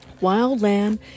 Wildland